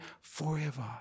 forever